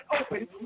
open